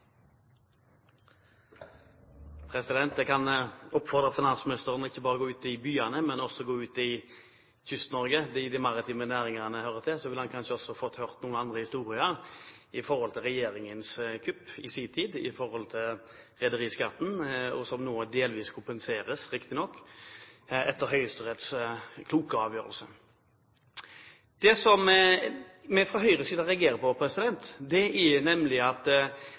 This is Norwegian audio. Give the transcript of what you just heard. ikke bare å gå ut i byene, men også gå ut i Kyst-Norge, der de maritime næringene hører til. Da vil han kanskje også få høre noen andre historier om regjeringens kupp av rederiskatten i sin tid, som nå delvis kompenseres, riktignok, etter Høyesteretts kloke avgjørelse. Det vi fra Høyres side reagerer på, gjelder de rederiene som har bitt på kroken, Finansdepartementets krok, SVs krok, nemlig at